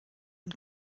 und